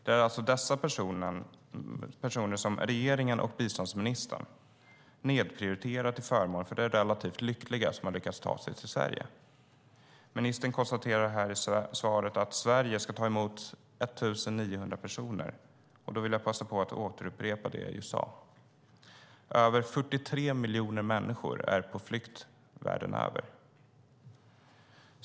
Det är alltså dessa människor som regeringen och biståndsministern nedprioriterar till förmån för de relativt lyckliga som lyckats ta sig till Sverige. Ministern konstaterar i svaret att Sverige ska ta emot 1 900 personer. Därför vill jag passa på att upprepa det jag just sade, nämligen att över 43 miljoner människor är på flykt världen över.